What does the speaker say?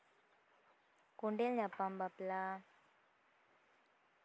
ᱠᱳᱰᱮᱞ ᱧᱟᱯᱟᱢ ᱵᱟᱯᱞᱟ